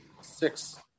Six